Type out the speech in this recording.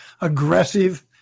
aggressive